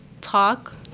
talk